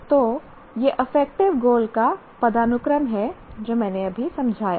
तो यह affective goal का पदानुक्रम है जो मैंने समझाया है